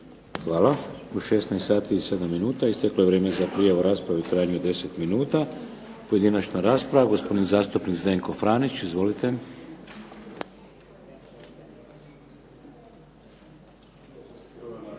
Hvala. U 16,07 minuta isteklo je vrijeme za prijavu rasprave u trajanju od 10 minuta. Pojedinačna rasprava. Gospodin zastupnik Zdenko Franić. Izvolite.